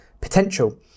potential